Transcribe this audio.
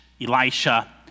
Elisha